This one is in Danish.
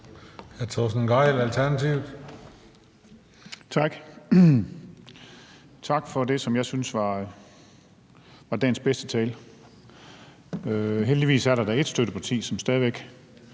Tak for det, som jeg synes var dagens bedste tale. Heldigvis er der da ét støtteparti, som stadig væk